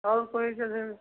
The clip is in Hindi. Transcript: और कोई जगह